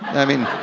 i mean,